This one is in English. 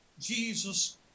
Jesus